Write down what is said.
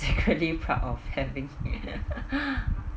secretly proud of having